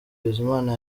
bizimana